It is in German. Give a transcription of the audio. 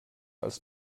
als